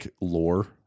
lore